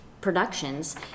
productions